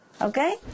okay